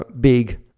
Big